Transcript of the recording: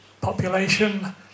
population